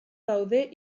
daude